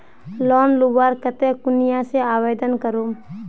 Loan लुबार केते कुनियाँ से आवेदन करूम?